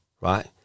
right